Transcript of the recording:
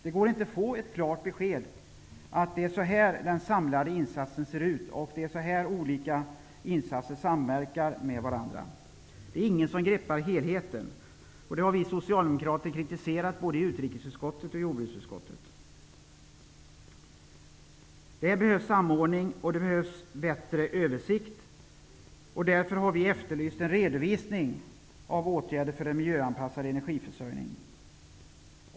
Det går inte att få ett klart besked om hur de samlade insatserna ser ut och hur olika insatser samverkar med varandra. Det är ingen som greppar helheten. Det här har vi socialdemokrater framfört kritik mot i både utrikesutskottet och jordbruksutskottet. Det behövs samordning och det behövs en bättre översikt. Därför har vi efterlyst en redovisning av åtgärder för en miljöanpassad energiförsörjning.